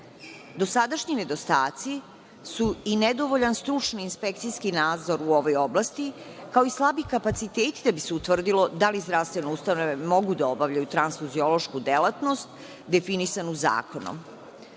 istih. Dosadašnji nedostaci su i nedovoljan stručni inspekcijski nadzor u ovoj oblasti, kao i slabi kapaciteti da bi se utvrdilo da li zdravstvene ustanove mogu da obavljaju transfuziološku delatnost definisanu zakonom.